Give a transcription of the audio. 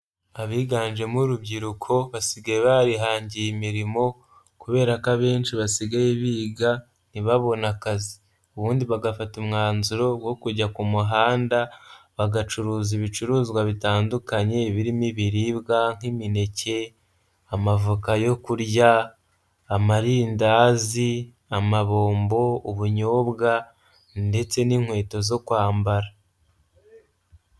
Abiganjemo urubyiruko basigaye barihangiye imirimo kubera ko abenshi basigaye biga ntibabone akazi, ubundi bagafata umwanzuro wo kujya ku muhanda bagacuruza ibicuruzwa bitandukanye birimo ibibiribwa nk'imineke, amavoka yo kurya, amarizi, amabombo ubunyobwa, ndetse n'inkweto zo kwambara.